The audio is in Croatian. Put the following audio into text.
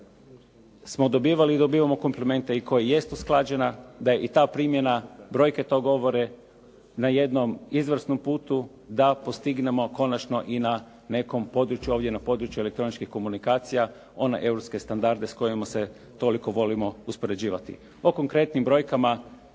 smo dobivali i dobivamo komplimente i koji jest usklađena da je i ta primjena, brojke to govore na jednom izvrsnom putu da postignemo konačno i na nekom području, ovdje na području elektroničkih komunikacija, one europske standarde s kojima se toliko volimo uspoređivati. O konkretnim brojkama